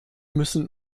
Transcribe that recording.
müssen